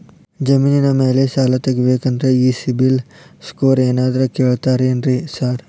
ಜಮೇನಿನ ಮ್ಯಾಲೆ ಸಾಲ ತಗಬೇಕಂದ್ರೆ ಈ ಸಿಬಿಲ್ ಸ್ಕೋರ್ ಏನಾದ್ರ ಕೇಳ್ತಾರ್ ಏನ್ರಿ ಸಾರ್?